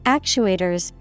Actuators